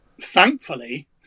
thankfully